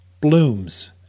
blooms